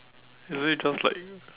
isn't it just like